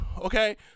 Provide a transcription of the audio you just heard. Okay